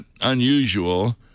unusual